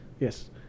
Yes